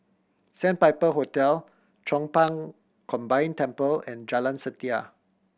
Sandpiper Hotel Chong Pang Combined Temple and Jalan Setia